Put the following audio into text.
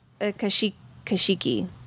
Kashiki